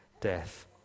death